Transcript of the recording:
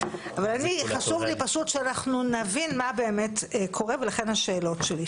חשוב לי שנבין מה באמת קורה ולכן השאלות שלי.